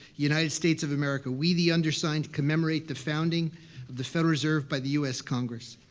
united states of america, we, the undersigned, commemorate the founding of the federal reserve by the u s. congress.